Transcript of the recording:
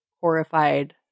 horrified